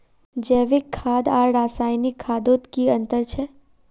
जैविक खाद आर रासायनिक खादोत की अंतर छे?